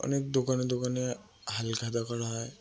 অনেক দোকানে দোকানে হাল খাতা করা হয়